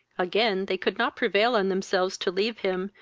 again they could not prevail on themselves to leave him,